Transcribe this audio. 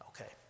Okay